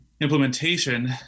implementation